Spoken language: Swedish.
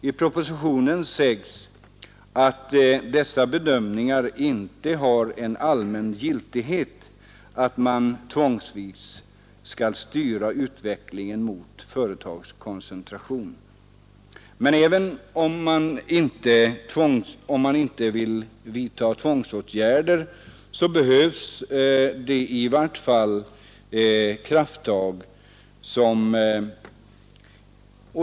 I propositionen sägs att dessa bedömningar, att man tvångsvis skall styra utvecklingen mot företagskoncentration, inte har en allmän giltighet. Men även om inga ”tvångsåtgärder” behöver tillgripas behövs i vart fall krafttag.